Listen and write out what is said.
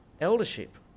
eldership